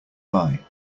buy